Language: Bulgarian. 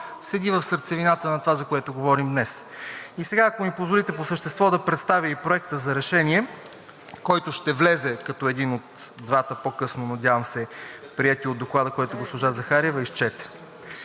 седи в сърцевината на това, за което говорим днес. И сега, ако ми позволите, по същество да представя и Проекта за решение, който ще влезе като един от двата по-късно, надявам се, приети от Доклада, който госпожа Захариева изчете.